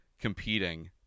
competing